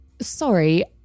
Sorry